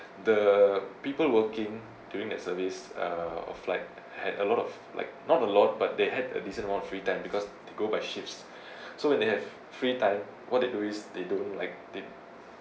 the people working during that service uh of flight had a lot of like not a lot but they had a decent more free time because they go by shifts so when they have free time what they do is they don't like they